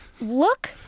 look